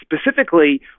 specifically